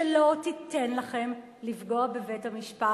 שלא תיתן לכם לפגוע בבית-המשפט.